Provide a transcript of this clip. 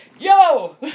yo